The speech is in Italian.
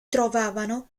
trovavano